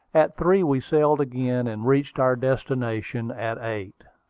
at three we sailed again, and reached our destination at eight.